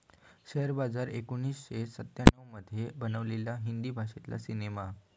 share Bazaar एकोणीसशे सत्त्याण्णव मध्ये बनलेलो हिंदी भाषेतलो सिनेमा हा